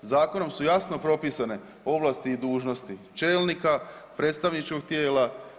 Zakonom su jasno propisane ovlasti i dužnosti čelnika predstavničkog tijela.